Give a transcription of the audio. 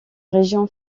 région